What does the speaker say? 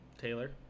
Taylor